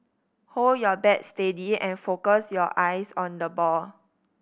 hold your bat steady and focus your eyes on the ball